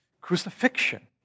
crucifixion